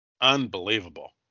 Unbelievable